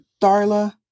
Darla